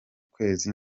kwezi